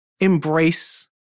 embrace